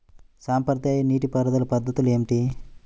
సాంప్రదాయ నీటి పారుదల పద్ధతులు ఏమిటి?